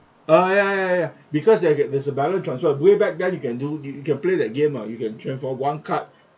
uh ya ya ya because there get there's a balance transfer way back then you can do you can play that game uh you can transfer one card